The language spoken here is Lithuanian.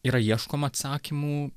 yra ieškoma atsakymų